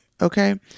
okay